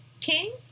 King